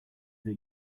that